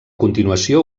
continuació